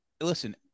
listen